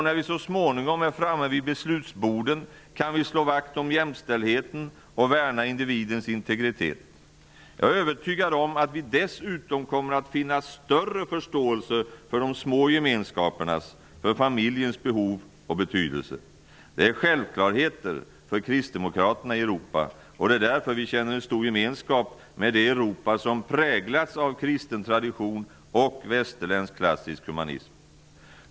När vi så småningom är framme vid beslutsborden kan vi slå vakt om jämställdheten och värna individens integritet. Jag är övertygad om att vi dessutom kommer att finna större förståelse för de små gemenskapernas, familjens, behov och betydelse. Detta är självklarheter för kristdemokraterna i Europa, och det är därför vi känner en stor gemskap med det Europa som präglats av kristen tradition och västerländsk klassiskt humanism.